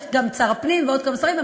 יש גם שר הפנים ועוד כמה שרים,